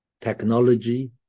technology